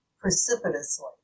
precipitously